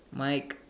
Mike